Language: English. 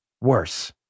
worse